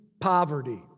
poverty